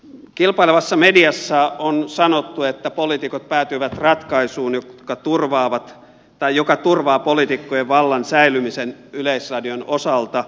kilpailevassa mediassa on sanottu että poliitikot päätyivät ratkaisuun joka turvaa poliitikkojen vallan säilymisen yleisradion osalta